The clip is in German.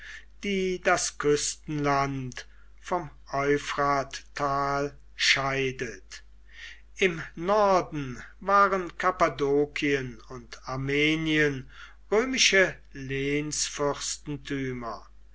die das küstenland vom euphrattal scheidet im norden waren kappadokien und armenien römische